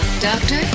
Doctor